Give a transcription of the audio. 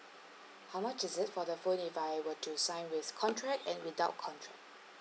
how much is it for the phone if I were to sign with contract and without contract